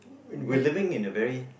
we're living in a very